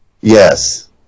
Yes